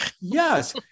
Yes